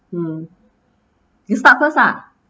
mm you start first lah